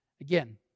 Again